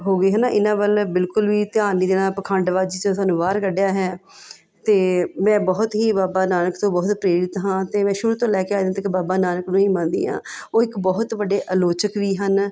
ਹੋ ਗਏ ਹਨ ਇਹਨਾਂ ਵੱਲ ਬਿਲਕੁੱਲ ਵੀ ਧਿਆਨ ਨੀ ਦੇਣਾ ਪਖੰਡਬਾਜ਼ੀ 'ਚੋਂ ਸਾਨੂੰ ਬਾਹਰ ਕੱਢਿਆ ਹੈ ਅਤੇ ਮੈਂ ਬਹੁਤ ਹੀ ਬਾਬਾ ਨਾਨਕ ਤੋਂ ਬਹੁਤ ਪ੍ਰੇਰਿਤ ਹਾਂ ਅਤੇ ਮੈਂ ਸ਼ੁਰੂ ਤੋਂ ਲੈ ਕੇ ਅੱਜ ਤੱਕ ਬਾਬਾ ਨਾਨਕ ਨੂੰ ਹੀ ਮੰਨਦੀ ਹਾਂ ਉਹ ਇੱਕ ਬਹੁਤ ਵੱਡੇ ਆਲੋਚਕ ਵੀ ਹਨ